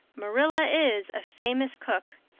marilla is a famous cook.